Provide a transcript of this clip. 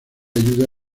ayuda